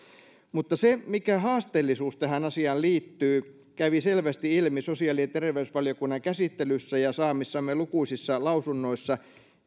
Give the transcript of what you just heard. olosuhteissa se mikä haasteellisuus tähän asiaan liittyy kävi selvästi ilmi sosiaali ja terveysvaliokunnan käsittelyssä ja saamissamme lukuisissa lausunnoissa